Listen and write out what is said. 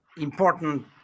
important